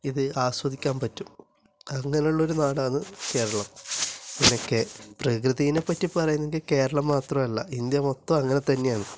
ഇത് ആസ്വദിക്കാൻ പറ്റും അങ്ങനെ ഉള്ള ഒരു നാടാന്ന് കേരളം പിന്നെ കേ പ്രകൃതിനെപ്പറ്റി പറയുന്നതെങ്കിൽ കേരളം മാത്രമല്ല ഇന്ത്യ മൊത്തം അങ്ങനെ തന്നെയാണ്